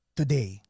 today